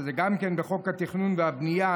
שזה גם כן בחוק התכנון והבנייה,